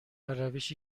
روشی